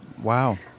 wow